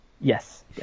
Yes